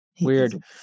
weird